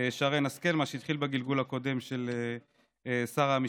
שרן השכל, מה שהתחיל בגלגול הקודם אצל שר המשפטים.